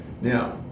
Now